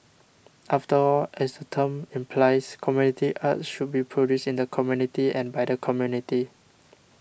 after all as the term implies community arts should be produced in the community and by the community